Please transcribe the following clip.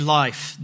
life